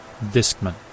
Discman